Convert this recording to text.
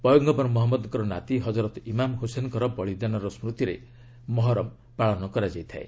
ପୟଗମ୍ଭର ମହମ୍ମଦଙ୍କର ନାତି ହଜରତ ଇମାମ୍ ହୁସେନ୍ଙ୍କର ବଳୀଦାନର ସ୍କୃତିରେ ମହରମ ପାଳନ କରାଯାଇଥାଏ